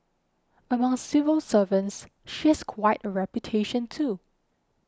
among civil servants she has quite a reputation too